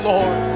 Lord